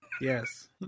yes